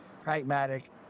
pragmatic